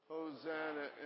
Hosanna